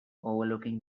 overlooking